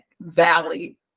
valley